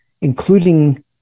including